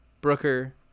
Brooker